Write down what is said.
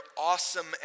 awesome